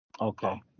Okay